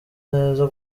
neza